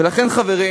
ולכן, חברים,